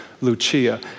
Lucia